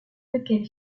lequel